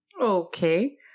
Okay